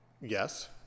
yes